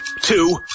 two